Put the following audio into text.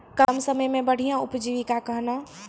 कम समय मे बढ़िया उपजीविका कहना?